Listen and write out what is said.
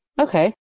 Okay